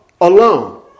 alone